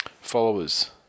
followers